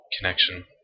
connection